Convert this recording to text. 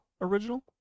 original